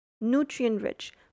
nutrient-rich